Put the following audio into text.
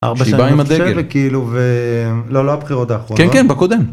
ארבע שנים עם הדגל, לא לא הבחירות האחרונות, כן כן בקודם.